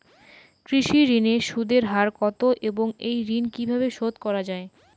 কৃষি ঋণের সুদের হার কত এবং এই ঋণ কীভাবে শোধ করা য়ায়?